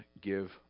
give